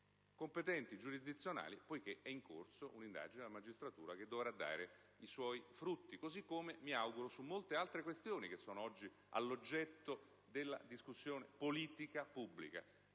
competenti giurisdizionali, poiché è in corso un'indagine della magistratura che dovrà dare i suoi frutti, così come mi auguro avvenga su molte altre questioni che sono oggi oggetto della discussione politica pubblica.